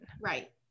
Right